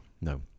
No